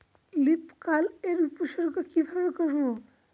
Leaf curl এর উপসর্গ কিভাবে করব?